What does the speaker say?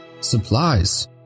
Supplies